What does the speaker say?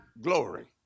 glory